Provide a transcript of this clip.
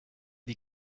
die